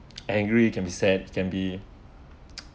angry he can be set can be